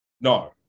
no